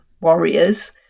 warriors